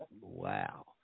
wow